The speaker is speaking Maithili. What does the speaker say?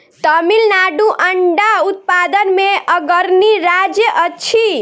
तमिलनाडु अंडा उत्पादन मे अग्रणी राज्य अछि